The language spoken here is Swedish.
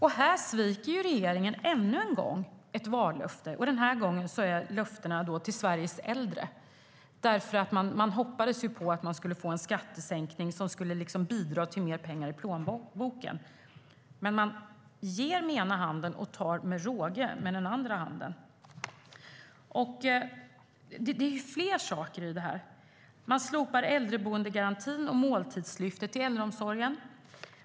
Här sviker regeringen ännu en gång ett vallöfte, den här gången löftena till Sveriges äldre. Man hoppades få till en skattesänkning som skulle bidra till mer pengar i plånboken, men man ger med ena handen och tar - med råge - med den andra. Det finns fler saker i det här. Man slopar äldreboendegarantin och måltidslyftet i äldreomsorgen.